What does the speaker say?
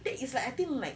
that is like I think like